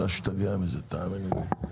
אפשר להשתגע מזה, תאמיני לי.